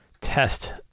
test